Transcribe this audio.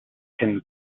can